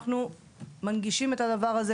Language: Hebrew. אנחנו מנגישים את הדבר הזה,